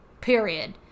Period